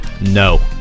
No